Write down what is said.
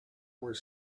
were